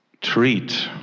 treat